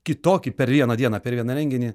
kitokį per vieną dieną per vieną renginį